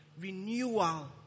renewal